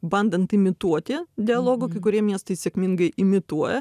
bandant imituoti dialogo kai kurie miestai sėkmingai imituoja